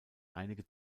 einige